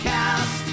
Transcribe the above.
Cast